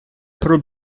про